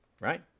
right